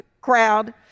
crowd